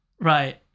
Right